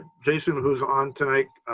jason who's on tonight